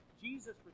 Jesus